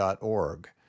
org